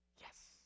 yes